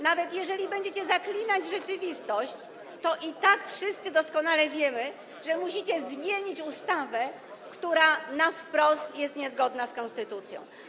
Nawet jeżeli będziecie zaklinać rzeczywistość, to i tak wszyscy doskonale wiemy, że musicie zmienić ustawę, która na wprost jest niezgodna z konstytucją.